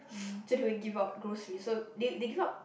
so they will give out groceries so they they give out